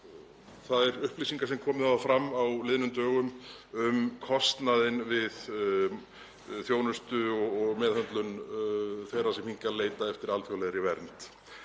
ræða þær upplýsingar sem komið hafa fram á liðnum dögum um kostnaðinn við þjónustu og meðhöndlun þeirra sem hingað leita eftir alþjóðlegri vernd.